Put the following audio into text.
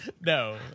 No